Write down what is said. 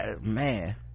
Man